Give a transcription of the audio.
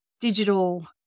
digital